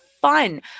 fun